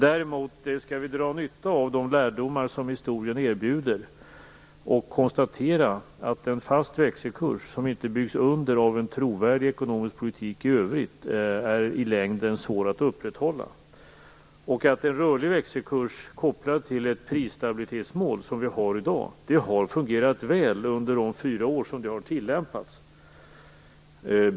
Däremot skall vi dra nytta av de lärdomar som historien erbjuder och konstatera att en fast växelkurs som inte byggs under av en trovärdig ekonomisk politik i övrigt i längden är svår att upprätthålla. En rörlig växelkurs kopplad till ett prisstabilitetsmål, som vi har i dag, har fungerat väl under de fyra år som det har tillämpats.